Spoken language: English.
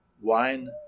wine